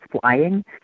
Flying